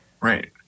Right